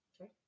Okay